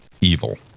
evil